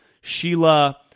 Sheila